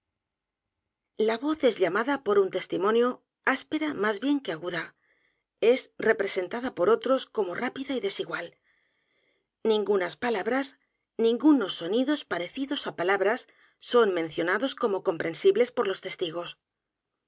la voz es llamada por un testimonio áspera más bien que aguda es representada por otros como rápida y desigual ningunas palabras ningunos sonidos parecidos á palabras son mencionados como comprensibles por los testigos